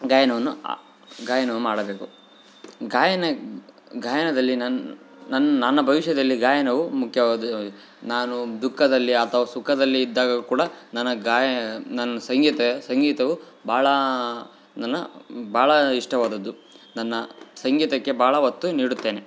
ಗಾಯನವನ್ನು ಆ ಗಾಯನವು ಮಾಡಬೇಕು ಗಾಯನ ಗಾಯನದಲ್ಲಿ ನಾನು ನನ್ನ ನನ್ನ ಭವಿಷ್ಯದಲ್ಲಿ ಗಾಯನವು ಮುಖ್ಯವಾದ ನಾನು ದುಃಖದಲ್ಲಿ ಅಥವಾ ಸುಖದಲ್ಲಿ ಇದ್ದಾಗ ಕೂಡ ನನ್ನ ಗಾಯನ ಸಂಗೀತ ಸಂಗೀತವು ಭಾಳ ನನ್ನ ಭಾಳ ಇಷ್ಟವಾದದ್ದು ನನ್ನ ಸಂಗೀತಕ್ಕೆ ಭಾಳ ಒತ್ತು ನೀಡುತ್ತೇನೆ